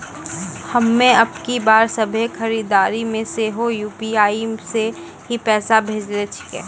हम्मे अबकी बार सभ्भे खरीदारी मे सेहो यू.पी.आई से ही पैसा भेजने छियै